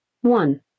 one